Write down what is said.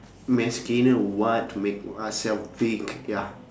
mass gainer what to make myself big ya